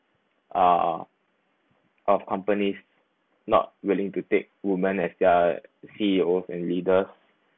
uh of companies not willing to take woman as their C_E_O and leaders